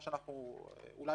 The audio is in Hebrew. שאולי